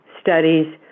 studies